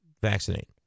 vaccinate